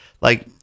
Like-